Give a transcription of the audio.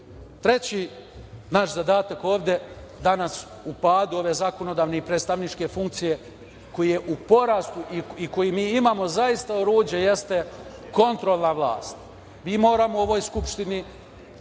slici. Treći naš zadatak ovde danas u padu ove zakonodavne i predstavničke funkcije koji je u porastu i koji mi imamo zaista oruđe jeste kontrolna vlast. Mi moramo u ovoj Skupštini